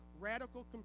radical